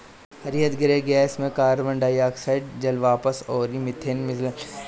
हरितगृह गैस में carbon dioxide, जलवाष्प अउरी मीथेन मिलल हअ